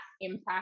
impact